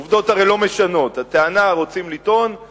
העובדות הרי לא משנות, רוצים לטעון את